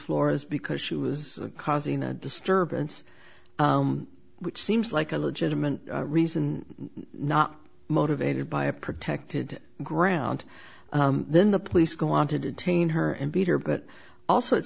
floors because she was causing a disturbance which seems like a legitimate reason not motivated by a protected ground then the police go on to detain her and beat her but also it